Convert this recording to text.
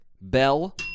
Bell